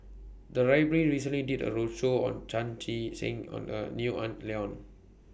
The Library recently did A roadshow on Chan Chee Seng and A Neo Ah Luan